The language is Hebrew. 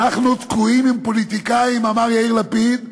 "אנחנו תקועים עם פוליטיקאים" אמר יאיר לפיד,